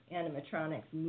animatronics